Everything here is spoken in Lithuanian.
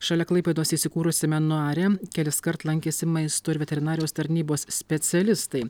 šalia klaipėdos įsikūrusiame nuare keliskart lankėsi maisto ir veterinarijos tarnybos specialistai